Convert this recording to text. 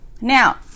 Now